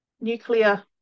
nuclear